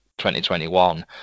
2021